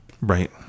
Right